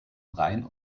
rhein